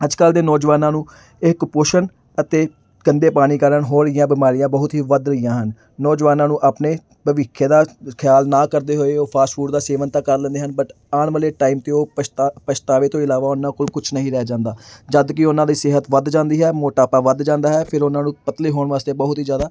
ਅੱਜ ਕੱਲ੍ਹ ਦੇ ਨੌਜਵਾਨਾਂ ਨੂੰ ਇਹ ਕੁਪੋਸ਼ਣ ਅਤੇ ਗੰਦੇ ਪਾਣੀ ਕਾਰਨ ਹੋ ਰਹੀਆਂ ਬਿਮਾਰੀਆਂ ਬਹੁਤ ਹੀ ਵੱਧ ਰਹੀਆਂ ਹਨ ਨੌਜਵਾਨਾਂ ਨੂੰ ਆਪਣੇ ਭਵਿੱਖ ਦਾ ਖਿਆਲ ਨਾ ਕਰਦੇ ਹੋਏ ਉਹ ਫਾਸਟ ਫੂਡ ਦਾ ਸੇਵਨ ਤਾਂ ਕਰ ਲੈਂਦੇ ਹਨ ਬਟ ਆਉਣ ਵਾਲੇ ਟਾਈਮ 'ਤੇ ਉਹ ਪਛਤਾ ਪਛਤਾਵੇ ਤੋਂ ਇਲਾਵਾ ਉਹਨਾਂ ਕੋਲ ਕੁਛ ਨਹੀਂ ਰਹਿ ਜਾਂਦਾ ਜਦੋਂ ਕਿ ਉਹਨਾਂ ਦੀ ਸਿਹਤ ਵੱਧ ਜਾਂਦੀ ਹੈ ਮੋਟਾਪਾ ਵੱਧ ਜਾਂਦਾ ਹੈ ਫਿਰ ਉਹਨਾਂ ਨੂੰ ਪਤਲੇ ਹੋਣ ਵਾਸਤੇ ਬਹੁਤ ਹੀ ਜ਼ਿਆਦਾ